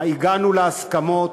הגענו להסכמות,